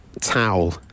towel